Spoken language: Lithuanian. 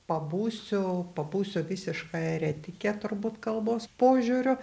pabūsiu pabūsiu visiška eretike turbūt kalbos požiūriu